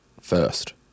first